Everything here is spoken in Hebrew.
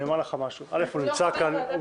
אני אומר לך משהו: הוא נמצא כאן באמצעות בא כוחו.